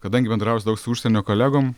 kadangi bendrauju su daug su užsienio kolegom